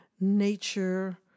nature